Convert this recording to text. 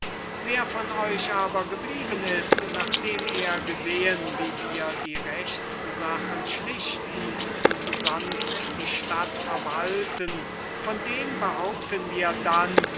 wer von euch aber geblieben ist nachdem er gesehen wie wir die rechtssachen schlichten und sonst die stadt verwalten von dem behaupten wir dann